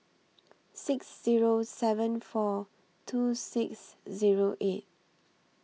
six Zero seven four two six Zero eight